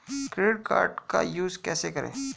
Credit card का use कैसे करें?